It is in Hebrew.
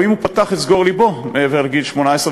או אם הוא פתח את סגור לבו אחרי גיל 18,